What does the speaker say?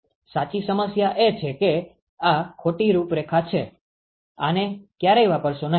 સાચી સમસ્યા એ છે કે આ ખોટી રૂપરેખા છે આને ક્યારેય વાપરશો નહિ